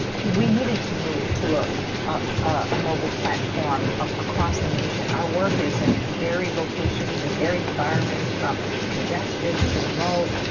we needed to move to ah ah a mobile platform ah across the nation. our work is in varied locations and varied environments from congested and to remote.